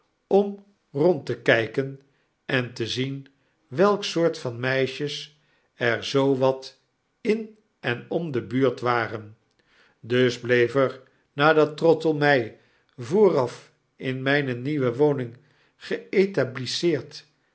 om rond te kyken en te zien welk soort van meisjes er zoo wat in en om de buurt waren dus bleef er nadat trottle my vooraf in myne nieuwe woning